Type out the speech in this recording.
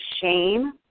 shame